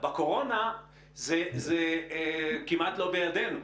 בקורונה זה כמעט לא בידינו,